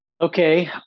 okay